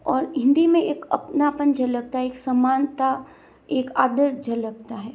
और हिन्दी में एक अपनापन झलकता है एक समानता एक आदर झलकता है